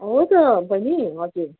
हो त बहिनी हजुर